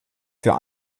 für